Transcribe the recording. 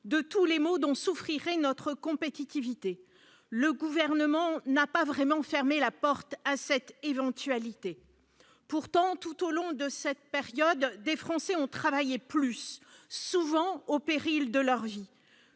de tous les maux dont souffrirait notre compétitivité. Le Gouvernement n'a pas vraiment fermé la porte à cette éventualité. Pourtant, tout au long de cette période, des Français ont travaillé plus, souvent au péril de leur vie.